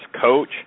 Coach